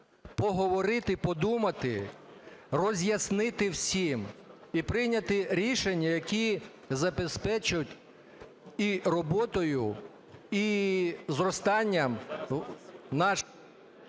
поговорити, подумати, роз'яснити всім і прийняти рішення, які забезпечать і роботою, і зростанням наш…